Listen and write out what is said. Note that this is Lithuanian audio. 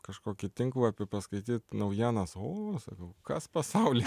kažkokį tinklapį paskaityt naujienas o sakau kas pasaulyje